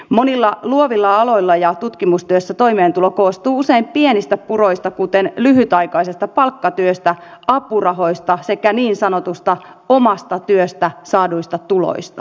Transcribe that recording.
monilla luovilla aloilla ja tutkimustyössä toimeentulo koostuu usein pienistä puroista kuten lyhytaikaisesta palkkatyöstä apurahoista sekä niin sanotusta omasta työstä saaduista tuloista